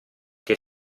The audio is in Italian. che